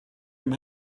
him